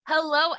Hello